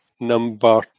Number